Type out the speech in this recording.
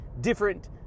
different